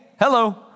hello